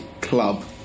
club